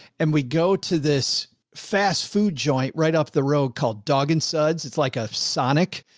and we go to this fast food joint right up the road called dog and suds. it's like a sonic.